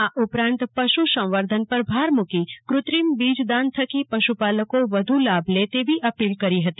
આ ઉપરાંત પશુ સંવર્ધન પર ભાર મુકી કૃત્રિમબીજ દાન થકી પશુપાલકો વધુ લાભ લે તેવી અપીલ કરી હતી